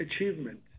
achievement